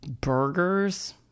burgers